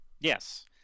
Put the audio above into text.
Yes